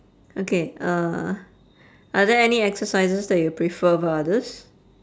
okay uh are there any exercises that you prefer above others